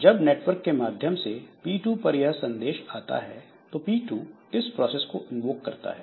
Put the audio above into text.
जब नेटवर्क के माध्यम से P2 पर यह संदेश आता है तो P2 इस प्रोसेस को इन्वोक करता है